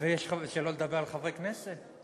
שלא לדבר על חברי הכנסת.